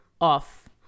off